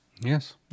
Yes